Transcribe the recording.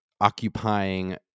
occupying